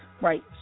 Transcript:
Right